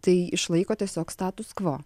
tai išlaiko tiesiog status kvo